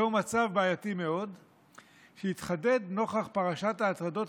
זהו מצב בעייתי מאוד שהתחדד נוכח פרשת ההטרדות